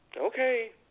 Okay